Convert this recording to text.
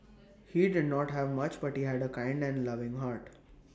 he did not have much but he had A kind and loving heart